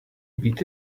beat